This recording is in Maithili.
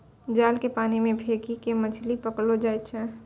जाल के पानी मे फेकी के मछली पकड़लो जाय छै